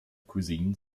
cuisine